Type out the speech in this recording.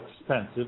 expensive